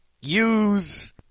use